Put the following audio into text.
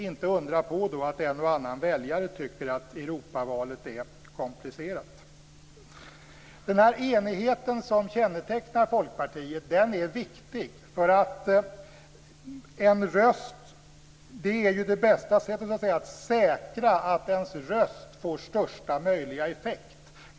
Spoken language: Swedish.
Inte undra på att en och annan väljare tycker att Europavalet är komplicerat! Den enighet som kännetecknar Folkpartiet är viktig. Det är det bästa sättet att säkra att ens röst får största möjliga effekt.